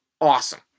Awesome